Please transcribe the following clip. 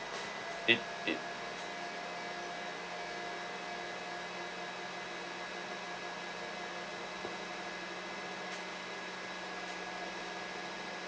it it